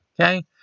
Okay